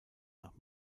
nach